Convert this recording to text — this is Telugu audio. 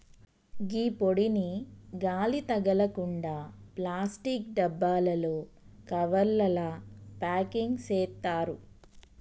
గీ పొడిని గాలి తగలకుండ ప్లాస్టిక్ డబ్బాలలో, కవర్లల ప్యాకింగ్ సేత్తారు